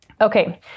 Okay